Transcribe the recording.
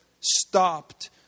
stopped